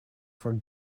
for